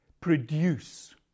Produce